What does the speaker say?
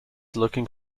looking